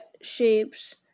shapes